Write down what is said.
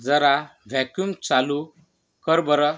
जरा व्हॅक्यूम चालू कर बरं